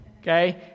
okay